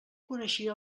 coneixia